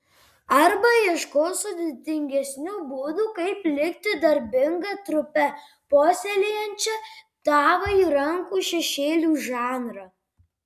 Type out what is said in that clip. arba ieškos sudėtingesnių būdų kaip likti darbinga trupe puoselėjančia tavąjį rankų šešėlių žanrą